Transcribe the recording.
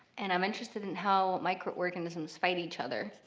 and i'm interested in how microorganisms fight each other.